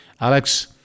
alex